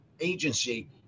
agency